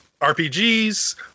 RPGs